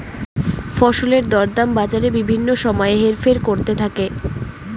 ফসলের দরদাম বাজারে বিভিন্ন সময় হেরফের করতে থাকে